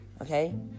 Okay